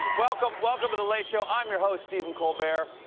welcome welcome to the late show. i'm your host, stephen colbert.